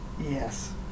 Yes